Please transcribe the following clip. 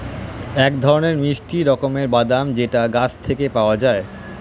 এক ধরনের মিষ্টি রকমের বাদাম যেটা গাছ থেকে পাওয়া যায়